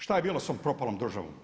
Šta je bilo sa tom propalom državom?